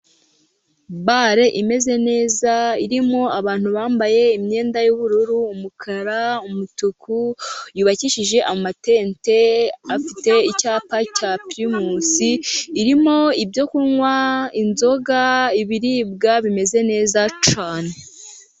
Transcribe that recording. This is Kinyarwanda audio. Bare imeze neza irimo abantu bambaye imyenda y'ubururu ,umukara, umutuku ,yubakishije amatente afite icyapa cya pirimusi , irimo ibyo kunywa inzoga ibiribwa, bimeze neza cyane.